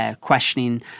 questioning